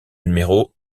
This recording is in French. numéro